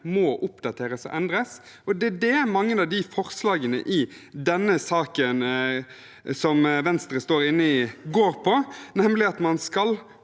må oppdateres og endres. Det er det mange av de forslagene i denne saken som Venstre står inne i, går på, nemlig at man skal